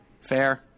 fair